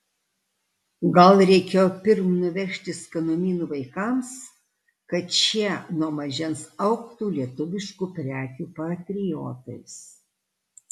gal reikėjo pirm nuvežti skanumynų vaikams kad šie nuo mažens augtų lietuviškų prekių patriotais